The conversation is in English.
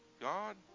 God